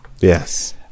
yes